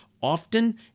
often